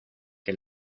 que